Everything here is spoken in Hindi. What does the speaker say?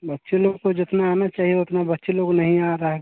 बच्चे लोग को जितना आना चाहिए उतना बच्चे लोग नहीं आ रहा है